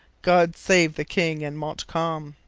god save the king and montcalm